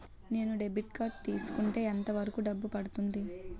నేను debit card తీసుకుంటే ఎంత వరకు డబ్బు పడుతుంది?